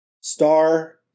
star